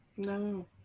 No